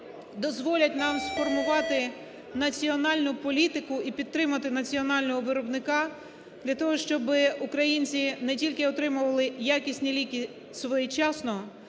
дозволять нам сформувати національну політику і підтримати національного виробника для того, щоби українці не тільки отримувати якісні ліки своєчасно